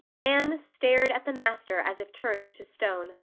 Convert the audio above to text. anne stared at the master as if turned to stone.